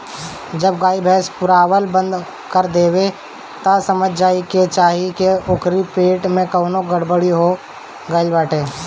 जब गाई भैस पगुरावल बंद कर देवे तअ समझ जाए के चाही की ओकरी पेट में कवनो गड़बड़ी हो गईल बाटे